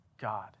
God